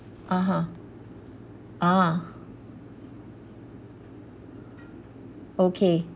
(uh huh) ah okay